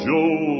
Joe